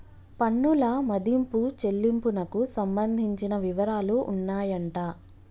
పన్నుల మదింపు చెల్లింపునకు సంబంధించిన వివరాలు ఉన్నాయంట